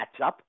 matchup